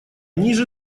ниже